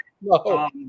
No